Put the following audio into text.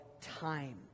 time